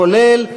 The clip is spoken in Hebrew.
כולל,